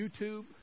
YouTube